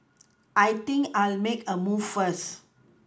I think I'll make a move first